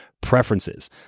preferences